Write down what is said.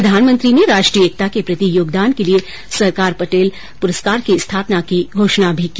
प्रधानमंत्री ने राष्ट्रीय एकता के प्रति योगदान के लिए सरदार पटेल प्रस्कार की स्थापना की घोषणा भी की